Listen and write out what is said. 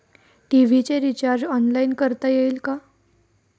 TV चे recharge online करता येईल का?